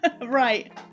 Right